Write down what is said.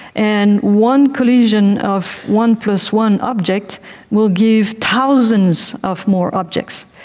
and one collision of one plus one objects will give thousands of more objects,